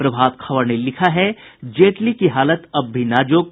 प्रभात खबर ने लिखा है जेटली की हालत अब भी नाजुक